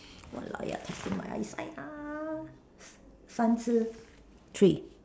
!walao! you are testing my eyesight ah 三只 three